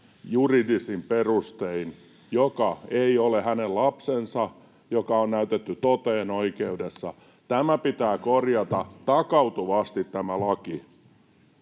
juridisin perustein lapsesta, joka ei ole hänen lapsensa, mikä on näytetty toteen oikeudessa? Tämä laki pitää korjata takautuvasti.